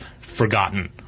forgotten